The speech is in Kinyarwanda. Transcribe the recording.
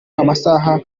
amasaha